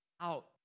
out